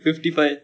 fifty five